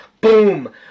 boom